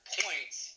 points